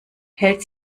hält